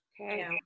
Okay